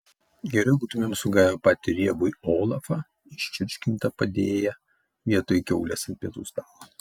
geriau būtumėm sugavę patį riebųjį olafą iščirškintą padėję vietoj kiaulės ant pietų stalo